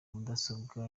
mudasobwa